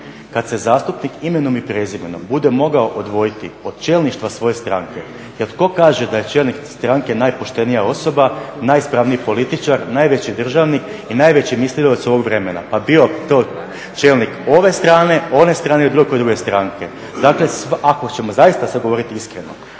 Kada se zastupnik imenom i prezimenom bude mogao odvojiti od čelništva svoje stranke, jer tko kaže da je čelnik stranke najpoštenija osoba, najispravniji političar, najveći državnik i najveći …/Govornik se ne razumije./… ovog vremena pa bio to čelnik ove strane, one strane ili bilo koje druge stranke. Dakle, ako ćemo zaista sada govoriti iskreno,